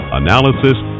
analysis